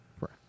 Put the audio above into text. right